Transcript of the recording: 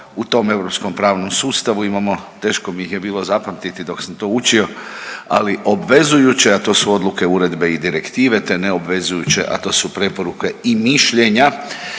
u tom europskom pravnom sustavu imamo, teško mi ih je bilo zapamtiti dok sam to učio, ali obvezujuće, a to su odluke, uredbe i direktive, te neobvezujuće, a to su preporuke i mišljenja